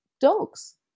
dogs